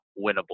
winnable